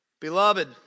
Beloved